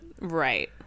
Right